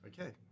Okay